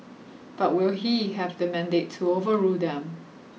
but will he have the mandate to overrule them